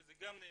וזה גם נאמר,